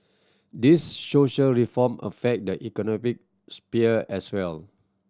these social reform affect the economic sphere as well